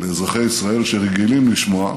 לאזרחי ישראל, שרגילים לשמוע,